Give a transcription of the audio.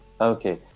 Okay